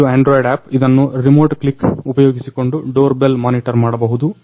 ಇದು Android app ಇದನ್ನ remote click ಉಪಯೋಗಿಸಿಕೊಂಡು ಡೋರ್ಬೆಲ್ ಮಾನಿಟರ್ ಮಾಡಬಹುದು